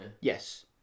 Yes